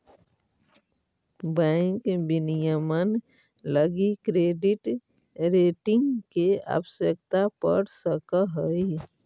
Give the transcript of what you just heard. bank विनियमन लगी credit rating के आवश्यकता पड़ सकऽ हइ